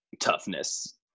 toughness